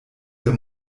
der